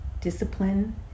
discipline